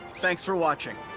thanks for watching.